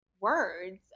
words